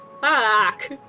Fuck